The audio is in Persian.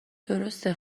درسته